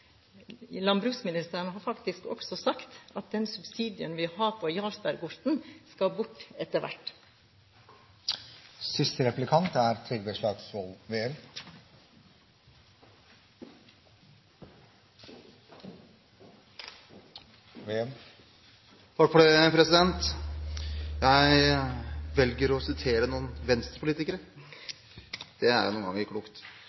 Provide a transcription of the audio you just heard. landbruksministeren har faktisk også sagt – at den subsidien vi har på Jarlsbergosten, skal bort etter hvert. Jeg velger å referere til noen Venstre-politikere. Det